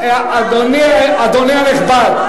אדוני הנכבד,